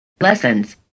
Lessons